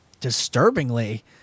disturbingly